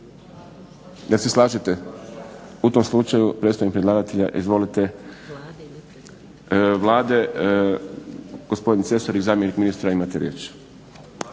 se slažete? U tom slučaju predstavnik predlagatelja Vlade gospodin Cesarić zamjenik ministra imate riječ.